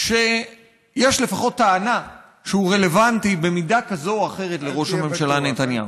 שיש לפחות טענה שהוא רלוונטי במידה כזאת או אחרת לראש הממשלה נתניהו.